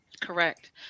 correct